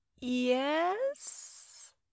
yes